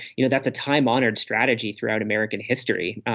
you know, that's a time honored strategy throughout american history.